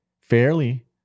fairly